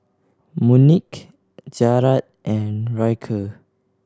Monique Jarad and Ryker